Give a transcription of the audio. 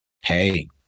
hey